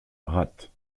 ratte